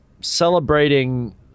celebrating